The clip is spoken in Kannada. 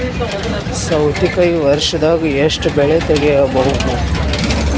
ಸೌತಿಕಾಯಿ ವರ್ಷದಾಗ್ ಎಷ್ಟ್ ಬೆಳೆ ತೆಗೆಯಬಹುದು?